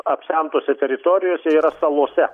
apsemtose teritorijose yra salose